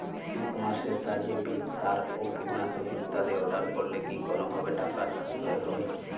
ই কমার্সের সাহায্যে বীজ সার ও কীটনাশক ইত্যাদি অর্ডার করলে কি কোনোভাবে টাকার সাশ্রয় হবে?